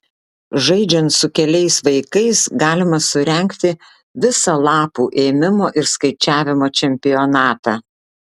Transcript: žaidžiant su keliais vaikais galima surengti visą lapų ėmimo ir skaičiavimo čempionatą